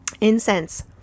Incense